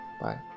Bye